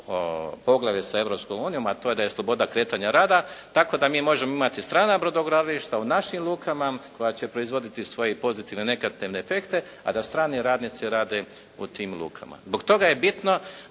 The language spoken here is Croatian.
poglavlje sa Europskom unijom a to je Sloboda kretanja rada tako da mi možemo imati strana brodogradilišta u našim lukama koja će proizvoditi svoje i pozitivne efekte, a da strani radnici rade u tim lukama. Zbog toga je bitno